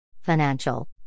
Financial